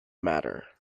matter